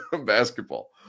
basketball